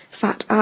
Fat